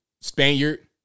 Spaniard